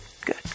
good